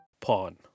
Pawn